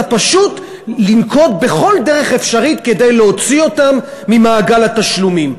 אלא פשוט לנקוט כל דרך אפשרית כדי להוציא אותם ממעגל התשלומים.